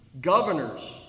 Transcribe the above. governors